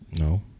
No